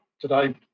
today